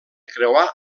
creuar